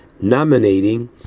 nominating